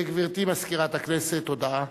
גברתי, מזכירת הכנסת, הודעה.